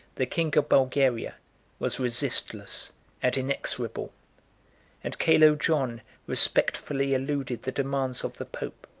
the king of bulgaria was resistless and inexorable and calo-john respectfully eluded the demands of the pope,